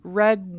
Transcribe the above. red